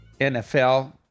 NFL